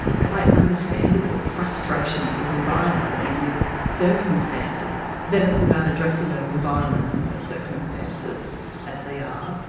quite understandable frustration with environment and with circumstances, then it's about addressing those environments and those circumstances as they are,